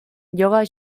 lloga